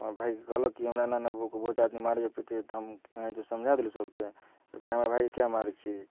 हमरा भाइ कहलक कि हमरा एना एना बहुत आदमी मारैए पीटैए तऽ हम कोनाहुतो समझा देलहुँ सबके कि भाइ हमरा भाइके किआ मारै छीही